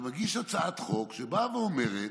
ומגיש הצעת חוק שבאה ואומרת